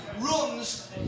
runs